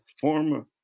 former